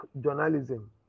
journalism